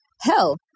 hell